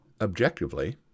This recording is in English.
Objectively